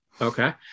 Okay